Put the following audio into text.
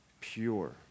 pure